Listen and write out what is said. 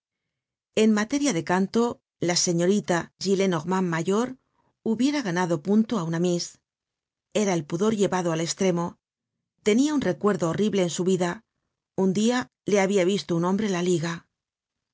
en materia de canto la señorita gillenormand mayor hubiera ganado punto á una miss era el pudor llevado al estremo tenia un recuerdo horrible en su vida un dia le habia visto un hombre la liga